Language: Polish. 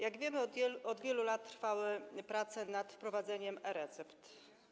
Jak wiemy, od wielu lat trwały prace nad wprowadzeniem e-recept.